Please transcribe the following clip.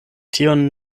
tion